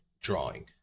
drawing